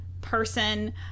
person